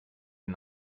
den